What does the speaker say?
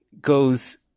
goes